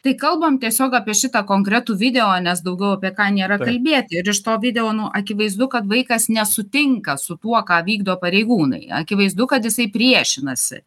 tai kalbam tiesiog apie šitą konkretų video nes daugiau apie ką nėra kalbėt ir iš to video nu akivaizdu kad vaikas nesutinka su tuo ką vykdo pareigūnai akivaizdu kad jisai priešinasi